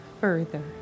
further